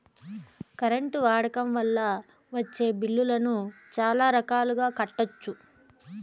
current వాడకం వల్ల వచ్చే బిల్లులను చాలా రకాలుగా కట్టొచ్చు